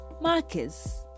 marcus